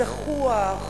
זחוח,